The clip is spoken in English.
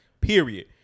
Period